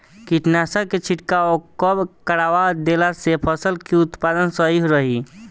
कीटनाशक के छिड़काव कब करवा देला से फसल के उत्पादन सही रही?